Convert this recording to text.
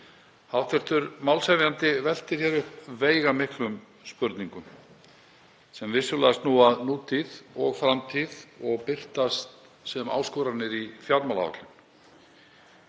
Hv. málshefjandi veltir hér upp veigamiklum spurningum sem vissulega snúa að nútíð og framtíð og birtast sem áskoranir í fjármálaáætlun.